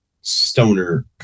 stoner